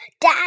Dad